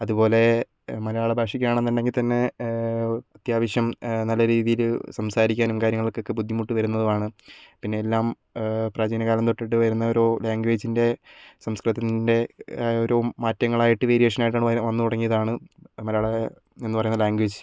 അതുപോലെ മലയാള ഭാഷയ്ക്കാണെന്ന് ഉണ്ടെങ്കിൽ തന്നെ അത്യാവശ്യം നല്ല രീതിയിൽ സംസാരിക്കാനും കാര്യങ്ങൾക്കൊക്കെ ബുദ്ധിമുട്ട് വരുന്നതുമാണ് പിന്നെ എല്ലാം പ്രാചീന കാലം തൊട്ടിട്ട് വരുന്ന ഓരോ ലാംഗ്വേജിൻ്റെ സംസ്കൃതത്തിൻ്റെ ഓരോ മാറ്റങ്ങളായിട്ട് വേരിയേഷനായിട്ടാണ് വന്നു തുടങ്ങിയതാണ് മലയാളം എന്നു പറയുന്ന ലാംഗ്വേജ്